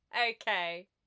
Okay